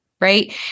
right